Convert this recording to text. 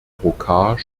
rocard